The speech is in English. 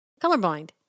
Colorblind